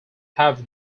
have